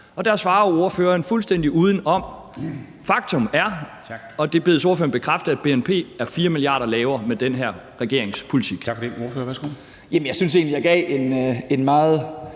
vokset, svarer ordføreren fuldstændig udenom. Faktum er, og det bedes ordføreren bekræfte, at bnp er 4 mia. kr. lavere med den her regerings politik. Kl. 09:49 Formanden (Henrik